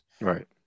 Right